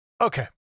Okay